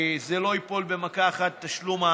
זה לא ייפול במכה אחת, התשלום,